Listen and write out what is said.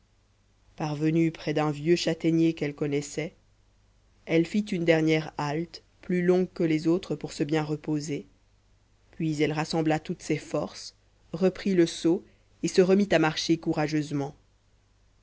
parvenue près d'un vieux châtaignier qu'elle connaissait elle fit une dernière halte plus longue que les autres pour se bien reposer puis elle rassembla toutes ses forces reprit le seau et se remit à marcher courageusement